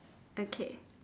okay